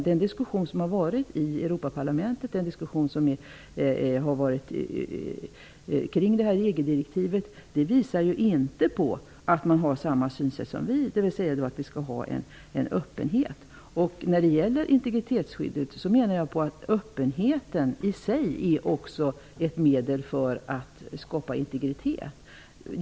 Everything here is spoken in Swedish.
Den diskussion som förts i Europaparlamentet kring EG-direktivet visar inte på att man har samma synsätt som vi, dvs. att det skall finnas en öppenhet. När det gäller integritetsskyddet menar jag på att öppenheten i sig är ett medel för att skapa integritet.